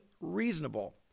reasonable